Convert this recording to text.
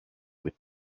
with